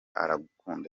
aragukunda